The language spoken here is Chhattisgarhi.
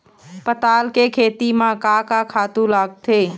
पताल के खेती म का का खातू लागथे?